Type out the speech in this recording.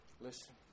Listen